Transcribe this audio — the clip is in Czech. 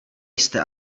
jste